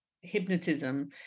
hypnotism